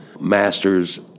masters